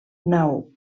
nau